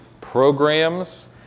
programs